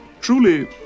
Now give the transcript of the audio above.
Truly